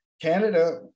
Canada